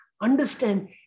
Understand